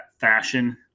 fashion